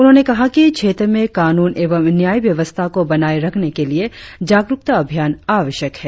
उन्होंने कहा कि क्षेत्र में कानून एवं न्याय व्यवस्था को बनाए रखने के लिए जागरुकता अभियान आवश्यक है